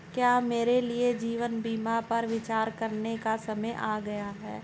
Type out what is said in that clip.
क्या मेरे लिए जीवन बीमा पर विचार करने का समय आ गया है?